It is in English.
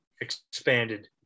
expanded